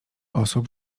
osób